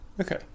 Okay